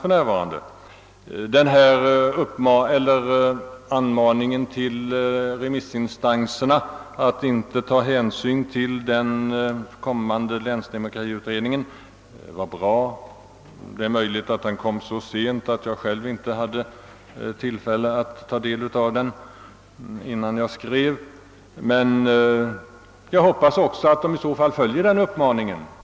Det var bra att det gavs en anmaning till remissinstanserna att inte ta hänsyn till den kommande länsdemokratiutredningen. Det är möjligt att den kom så sent att jag själv inte hade tillfälle att ta del av den innan jag skrev min interpellation. Jag hoppas också att remissinstanserna följer uppmaningen.